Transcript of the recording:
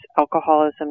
alcoholism